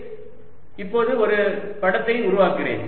dl V V எனவே இப்போது ஒரு படத்தை உருவாக்குகிறேன்